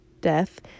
death